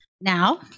Now